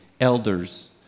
elders